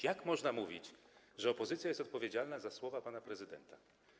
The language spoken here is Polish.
Jak można mówić, że opozycja jest odpowiedzialna za słowa pana prezydenta?